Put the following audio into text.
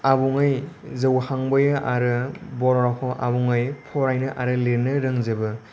आबुङै जौखांबोयो आरो बर' रावखौ आबुङै फरायनो आरो लिरनो रोंजोबो